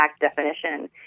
definition